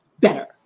better